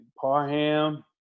Parham